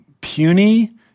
puny